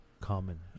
common